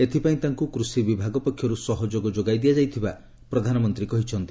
ଏଥପାଇଁ ତାଙ୍କୁ କୃଷି ବିଭାଗ ପକ୍ଷରୁ ସହଯୋଗ ଯୋଗାଇ ଦିଆଯାଇଥିବା ପ୍ରଧାନମନ୍ତ୍ରୀ କହିଛନ୍ତି